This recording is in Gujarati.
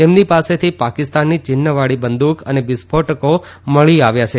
તેમની પાસેથી પાકિસ્તાની ચિહ્નવાળી બંદુક અને વિસ્ફોટકો મળી આવ્યા છે